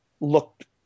looked